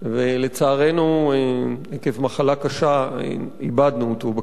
ולצערנו, עקב מחלה קשה איבדנו אותו בכנסת.